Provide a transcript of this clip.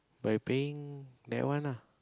by paying that one ah